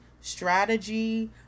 strategy